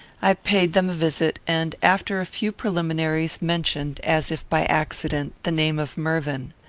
i paid them a visit, and, after a few preliminaries, mentioned, as if by accident, the name of mervyn.